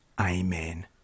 Amen